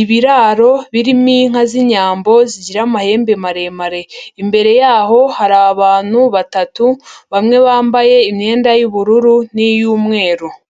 Ibiraro birimo inka z'inyambo, zigira amahembe maremare. Imbere yaho hari abantu batatu, bamwe bambaye imyenda y'ubururu n'iy'umweru.